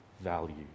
value